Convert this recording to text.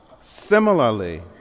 Similarly